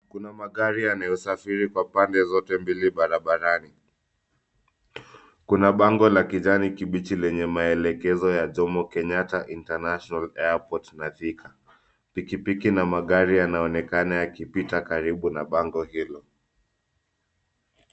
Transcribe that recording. Kuna magari yanayosafiri kwa pande zote mbili barabarani. Kuna bango la kijani kibichi lenye maelekezo ya Jomo Kenyatta International Airport na Thika. Pikipiki na magari yanaonekana yakipita karibu na bango hilo.